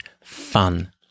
fun